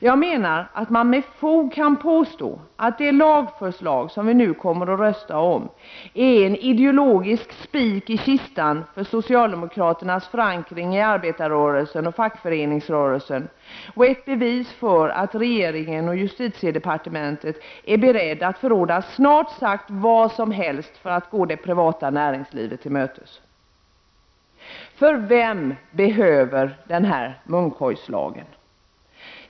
Jag menar att man med fog kan påstå att det lagförslag som vi nu snart kommer att rösta om, är en ideologisk spik i kistan för socialdemokraternas förankring i arbetarrörelsen och fackföreningsrörelsen och ett bevis på att regeringen och justitiedepartementet är beredda att förråda snart sagt vad som helst för att gå det privata näringslivet till mötes. Vem behöver den här munkorgslagen?